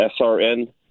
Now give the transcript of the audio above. srn